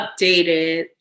updated